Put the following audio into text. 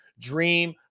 dream